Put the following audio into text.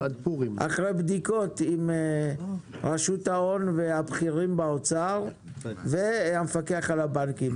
אחרי בדיקות עם רשות ההון והבכירים באוצר והמפקח על הבנקים.